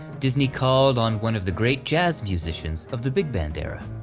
disney called on one of the great jazz musicians of the big band era,